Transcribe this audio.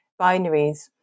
binaries